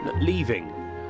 Leaving